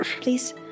please